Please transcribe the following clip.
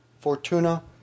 Fortuna